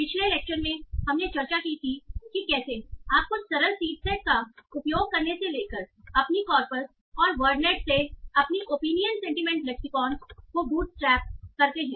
पिछले लेक्चर में हमने चर्चा की थी कि कैसे आप कुछ सरल सीड सेट का उपयोग करने से लेकर अपनी कॉरपस और वर्डनेट से अपनी ओपिनियन सेंटीमेंट लेक्सिकोंस को बूटस्ट्रैप करते हैं